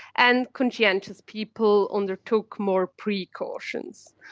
and conscientious people undertook more precautions.